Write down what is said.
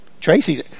Tracy